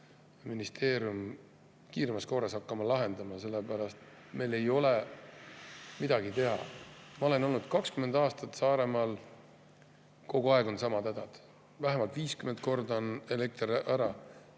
ministeerium kiiremas korras hakkama lahendama, sellepärast et meil ei [jää muud üle]. Ma olen olnud 20 aastat Saaremaal, kogu aeg on sama häda. Vähemalt 50 korda on elekter ära.